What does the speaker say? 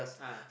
ah